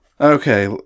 Okay